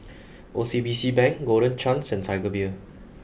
O C B C Bank Golden Chance and Tiger Beer